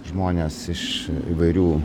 žmonės iš įvairių